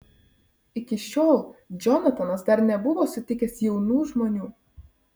iki šiol džonatanas dar nebuvo sutikęs jaunų žmonių